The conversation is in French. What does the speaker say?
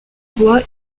bois